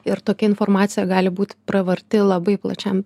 ir tokia informacija gali būt pravarti labai plačiam